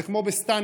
זה כמו בסטנגה,